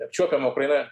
apčiuopiamo ukraina